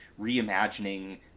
reimagining